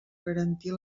garantir